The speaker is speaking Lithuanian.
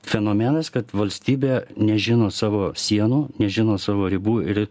fenomenas kad valstybė nežino savo sienų nežino savo ribų ir